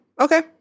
Okay